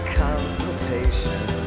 consultation